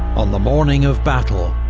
on the morning of battle,